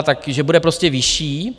Tak že bude prostě vyšší.